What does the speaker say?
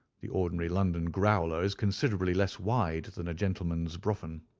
the ordinary london growler is considerably less wide than a gentleman's brougham.